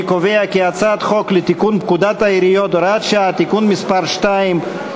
אני קובע כי הצעת חוק לתיקון פקודת העיריות (הוראת שעה) (תיקון מס' 2),